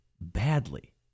badly